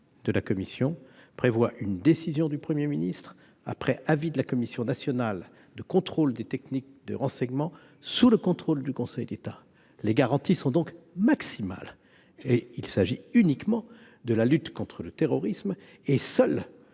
de la commission prévoit une décision du Premier ministre après avis de la Commission nationale de contrôle des techniques de renseignement, sous le contrôle du Conseil d'État. Les garanties sont donc maximales ! Par ailleurs, il s'agit uniquement de la lutte contre le terrorisme. Seuls